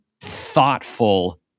thoughtful